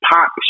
pop